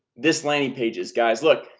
this landing page is guys look,